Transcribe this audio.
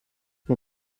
mir